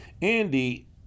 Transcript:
Andy